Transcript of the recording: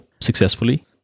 successfully